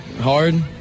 hard